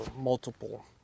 multiple